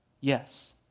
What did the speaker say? Yes